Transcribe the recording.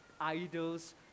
idols